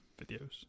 videos